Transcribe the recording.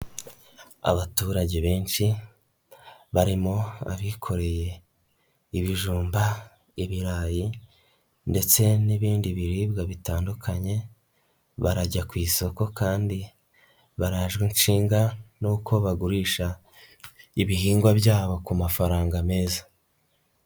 Abaturage benshi barimo abikoreye ibijumba, ibirayi ndetse n'ibindi biribwa bitandukanye barajya ku isoko kandi barajwe inshinga n'uko bagurisha ibihingwa byabo ku mafaranga meza.